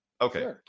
Okay